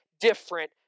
different